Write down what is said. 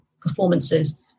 performances